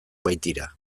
baitira